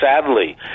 sadly